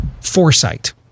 foresight